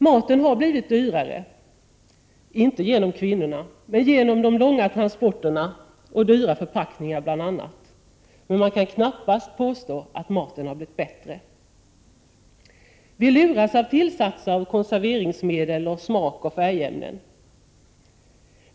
Maten har blivit dyrare, inte genom kvinnorna utan bl.a. genom långa 69 transporter och dyra förpackningar, men man kan knappast påstå att maten har blivit bättre. Vi luras av tillsatser av konserveringsmedel och smakoch färgämnen.